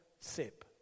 sip